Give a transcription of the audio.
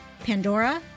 Pandora